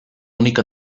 únic